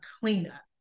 cleanup